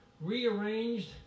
rearranged